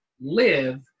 Live